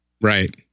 Right